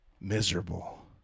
miserable